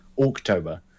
October